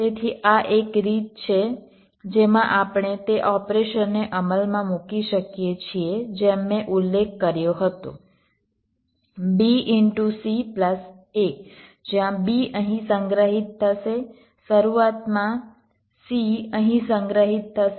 તેથી આ એક રીત છે જેમાં આપણે તે ઓપરેશનને અમલમાં મૂકી શકીએ છીએ જેમ મેં ઉલ્લેખ કર્યો હતો જ્યાં b અહીં સંગ્રહિત થશે શરૂઆતમાં c અહીં સંગ્રહિત થશે